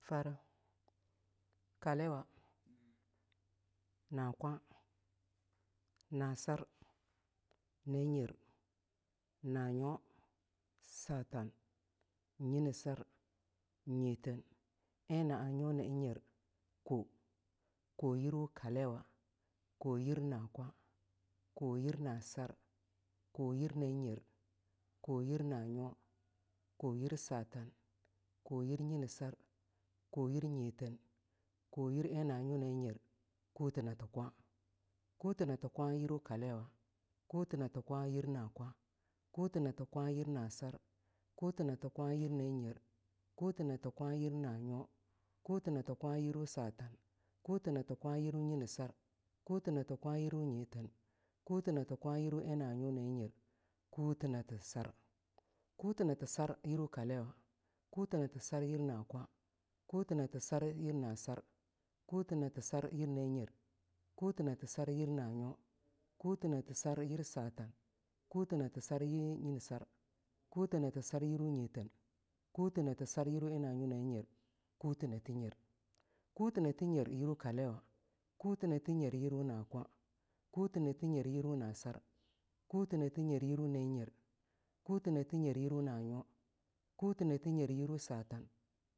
kaliwa nakwa na sar na nyer na nyo satan nyinesar nyiteen na nyo satan nyinesar nyiteen na nyo na nyer kwa kwa yir kaliwo kwayir na kwa kwa yir na sar kwa yr nayer kwa yir nayer kwa yir kaliwa kwa yir na kwa kwa yir na sar kwa yir satan kwayir nyinesar kwa yir nyiteen kwa yir na nyo na yir kute nati kwa ko yir nasar kohyir na nyer kohyir na nyo koyir satan koyir nyinesar koyir nyiteen koyir na nyo na nyer kute nate kwa kute nate kwa yirwu kaliwa kute nati kwa yirwu na kwa kute nati kwa yirwu na kwa kute nati kwa yir nasar kute nati kwa yir na nyer kute nati kwa yirwusatan kute nati kwa yirwu nyenesar kute nati kwa yir wu nyiteen kute nati kkwa yirwu na nyo na nyer kute nati sar kute nati sar yirwu kaliwa kute nati sar yirwu na kwa kute nati sar yiryu na sar kute nati sar yirwuna nyer kute nati sar yirwu na nyo kute na tisar yir satan jute nati sar yir wu nyiteen kute nati sar yirwu na nyo na nyer yirwu kaliwa kute nati nyer yirwu na kwa kuta nati nyer yirwu na nyer kute nati nyer yirwu na nyo kute nati nyer yirwu na nyo kute nate nyer yirwu sata